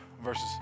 versus